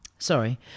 Sorry